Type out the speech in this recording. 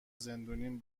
زندونیم